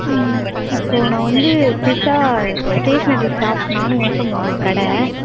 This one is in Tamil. இப்போ நான் வந்து புதுசாக ஸ்டேஸ்னரி ஷாப் நானும் ஓபன் பண்ணணும் கடை